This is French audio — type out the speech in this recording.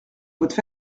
votre